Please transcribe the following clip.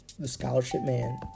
thescholarshipman